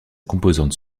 composante